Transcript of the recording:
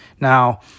Now